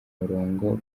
murongo